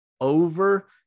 over